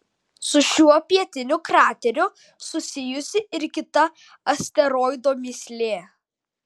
su šiuo pietiniu krateriu susijusi ir kita asteroido mįslė